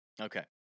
okay